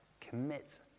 commit